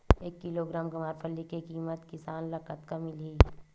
एक किलोग्राम गवारफली के किमत किसान ल कतका मिलही?